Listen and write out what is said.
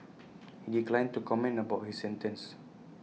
he declined to comment about his sentence